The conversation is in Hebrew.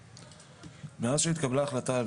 מאז שהתקבלה החלטה,